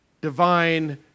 Divine